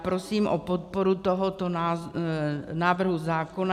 Prosím o podporu tohoto návrhu zákona.